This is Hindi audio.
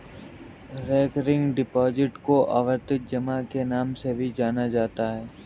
रेकरिंग डिपॉजिट को आवर्ती जमा के नाम से भी जाना जाता है